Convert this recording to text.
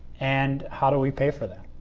and how do we pay for that.